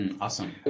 Awesome